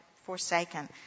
forsaken